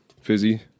fizzy